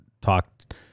talked